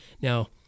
Now